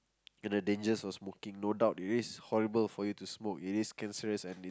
and the dangers of smoking no doubt it is horrible for you to smoke it is cancerous and it's